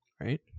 right